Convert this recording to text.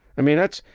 i mean, that's,